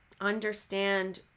understand